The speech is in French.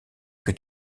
que